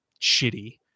shitty